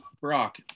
Brock